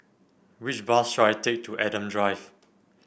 which bus should I take to Adam Drive